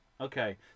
Okay